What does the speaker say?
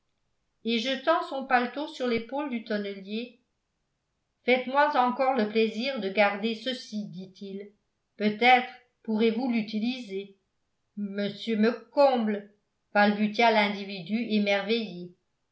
et jetant son paletot sur l'épaule du tonnelier faites-moi encore le plaisir de garder ceci dit-il peut-être pourrez-vous l'utiliser monsieur me comble balbutia l'individu émerveillé